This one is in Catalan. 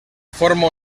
forma